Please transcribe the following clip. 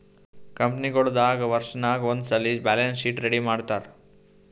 ಕಂಪನಿಗೊಳ್ ದಾಗ್ ವರ್ಷನಾಗ್ ಒಂದ್ಸಲ್ಲಿ ಬ್ಯಾಲೆನ್ಸ್ ಶೀಟ್ ರೆಡಿ ಮಾಡ್ತಾರ್